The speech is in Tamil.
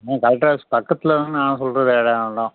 மேம் கலெக்டர் ஆஃபீஸ் பக்கத்தில் தான் நான் சொல்கிற இடம்